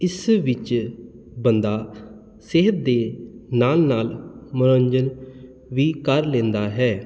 ਇਸ ਵਿੱਚ ਬੰਦਾ ਸਿਹਤ ਦੇ ਨਾਲ ਨਾਲ ਮਨੋਰੰਜਨ ਵੀ ਕਰ ਲੈਂਦਾ ਹੈ